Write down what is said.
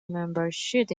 membership